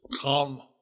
come